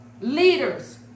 leaders